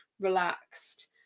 relaxed